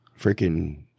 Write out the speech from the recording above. freaking